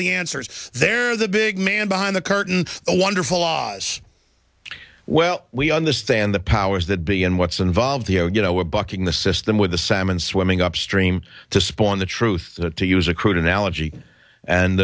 the answers there's a big man behind the curtain a wonderful laws well we understand the powers that be and what's involved the oh you know we're bucking the system with the salmon swimming upstream to spawn the truth to use a crude analogy and